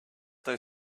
they